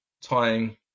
tying